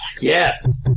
Yes